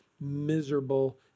miserable